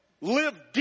live